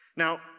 Now